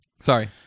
sorry